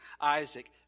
Isaac